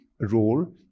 role